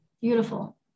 beautiful